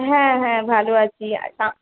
হ্যাঁ হ্যাঁ ভালো আছি আর